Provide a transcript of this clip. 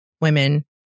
women